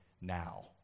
now